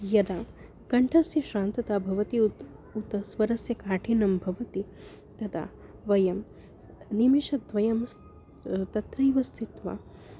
यदा कण्ठस्य श्रान्तता भवति उत उत स्वरस्य काठिन्यं भवति तदा वयं निमेषद्वयं स् तत्रैव स्थित्वा